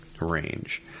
range